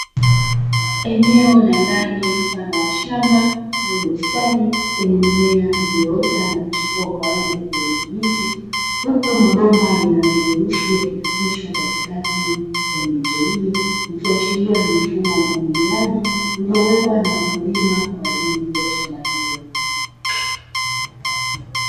Eneo la ndani mfano wa shamba au bustani, lenye mimea iliyoota na kuchipua kwa rangi ya kijani kibichi, huku mabomba yenye rangi nyeusi yakipitishwa katikati ya miche hiyo, ikiashiria ni mfumo wa umwagiliaji, iliyowekwa na wakulima kwa ajili ya shamba hilo.